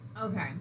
Okay